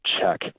check